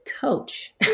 coach